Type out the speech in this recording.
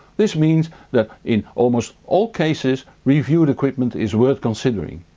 this means that in almost all cases reviewed equipment is worth considering.